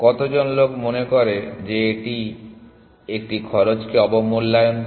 কতজন লোক মনে করেন যে এটি একটি খরচকে অবমূল্যায়ন করে